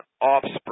offspring